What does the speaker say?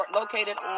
located